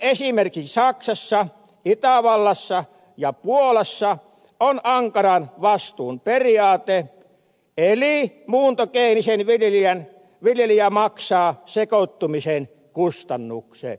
kuitenkin esimerkiksi saksassa itävallassa ja puolassa on ankaran vastuun periaate eli muuntogeenisten kasvien viljelijä maksaa sekoittumisen kustannukset